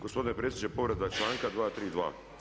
Gospodine predsjedniče povreda članka 232.